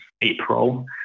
April